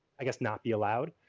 i guess not be allowed.